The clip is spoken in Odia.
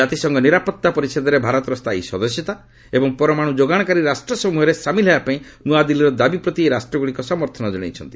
ଜାତିସଂଘ ନିରାପତ୍ତା ପରିଷଦରେ ଭାରତର ସ୍ଥାୟୀ ସଦସ୍ୟତା ଏବଂ ପରମାଣୁ ଯୋଗାଣକାରୀ ରାଷ୍ଟ୍ରସମ୍ଭହରେ ସାମିଲ୍ ହେବା ପାଇଁ ନୂଆଦିଲ୍ଲୀର ଦାବି ପ୍ରତି ଏହି ରାଷ୍ଟ୍ରଗୁଡ଼ିକ ସମର୍ଥନ ଜଣାଇଛନ୍ତି